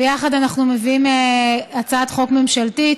ויחד אנחנו מביאים הצעות חוק ממשלתית.